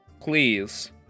please